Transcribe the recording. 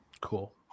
Cool